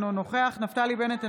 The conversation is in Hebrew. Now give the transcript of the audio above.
אינו נוכח נפתלי בנט,